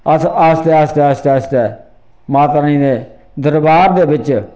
अस आस्ता आस्ता आस्ता आस्ता माता रानी दे दरबार दे बिच्च